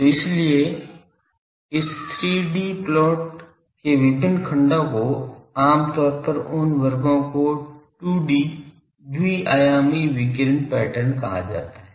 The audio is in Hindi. तो इसीलिए इस 3 D प्लॉट के विभिन्न खंडों को आम तौर पर उन वर्गों को 2 डी द्वि आयामी विकिरण पैटर्न कहा जाता है